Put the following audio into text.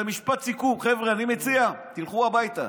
במשפט סיכום, חבר'ה, אני מציע תלכו הביתה.